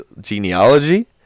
genealogy